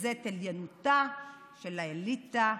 וזה את עליונותה של האליטה,